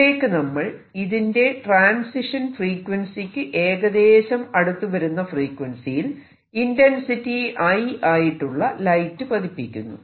ഇതിലേക്ക് നമ്മൾ ഇതിന്റെ ട്രാൻസിഷൻ ഫ്രീക്വൻസിയ്ക്ക് ഏകദേശം അടുത്തുവരുന്ന ഫ്രീക്വൻസിയിൽ ഇന്റെൻസിറ്റി I ആയിട്ടുള്ള ലൈറ്റ് പതിപ്പിക്കുന്നു